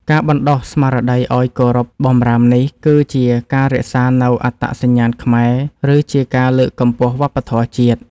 ការបណ្តុះស្មារតីឱ្យគោរពបម្រាមនេះ គឺជាការរក្សានូវអត្តសញ្ញាណខ្មែរ ឬជាការលើកកម្ពស់វប្បធម៌ជាតិ។